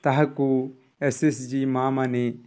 ତାହାକୁ S S G ମା'ମନେ